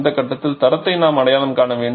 இந்த கட்டத்தில் தரத்தை நாம் அடையாளம் காண வேண்டும்